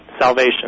salvation